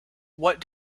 what